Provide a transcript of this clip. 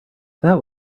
that